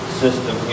system